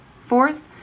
Fourth